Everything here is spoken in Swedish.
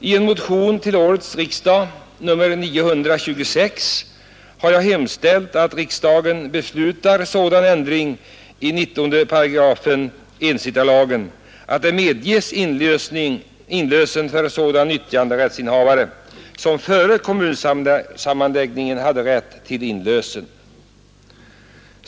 I motionen 926 till årets riksdag har jag hemställt att riksdagen beslutar sådan ändring i 19 § ensittarlagen att det medges inlösen för nyttjanderättsinnehavare som före kommunsammanläggningen hade rätt till inlösen.